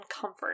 comfort